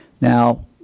Now